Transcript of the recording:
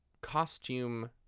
costume